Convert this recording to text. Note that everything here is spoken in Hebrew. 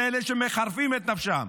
לאלה שמחרפים את נפשם.